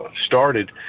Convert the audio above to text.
started